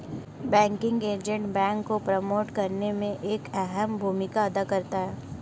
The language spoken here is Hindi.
बैंकिंग एजेंट बैंक को प्रमोट करने में एक अहम भूमिका अदा करता है